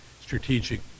strategic